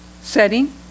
setting